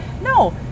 No